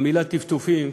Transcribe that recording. המילה טפטופים,